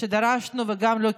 שדרשנו וגם לא קיבלנו,